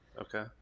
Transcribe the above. Okay